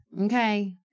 Okay